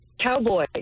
Cowboy